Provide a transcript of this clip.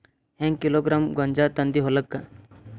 ಹೆಂಗ್ ಕಿಲೋಗ್ರಾಂ ಗೋಂಜಾಳ ತಂದಿ ಹೊಲಕ್ಕ?